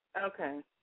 Okay